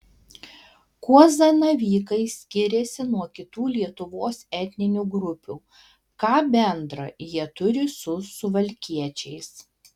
kuo zanavykai skiriasi nuo kitų lietuvos etninių grupių ką bendra jie turi su suvalkiečiais